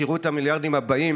תראו את המיליארדים הבאים,